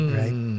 right